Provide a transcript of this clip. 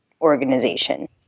organization